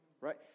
right